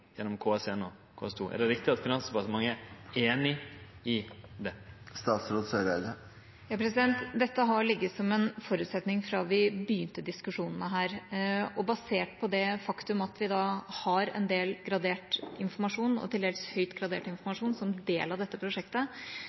gjennom KS1 og KS2? Er det riktig at Finansdepartementet er einig i det? Dette har ligget som en forutsetning fra vi begynte diskusjonene her. Basert på det faktum at vi har en del gradert informasjon – og til dels høyt gradert informasjon – som en del av dette prosjektet,